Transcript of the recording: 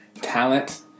talent